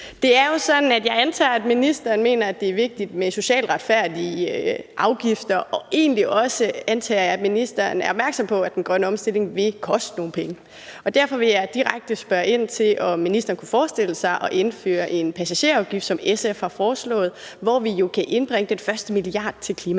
Det er jo sådan, at jeg antager, at ministeren mener, at det er vigtigt med socialt retfærdige afgifter, og jeg antager egentlig også, at ministeren er opmærksom på, at den grønne omstilling vil koste nogle penge, og derfor vil jeg direkte spørge ind til, om ministeren kunne forestille sig at indføre en passagerafgift, som SF har foreslået, og som kan indbringe den første milliard til klimahandling.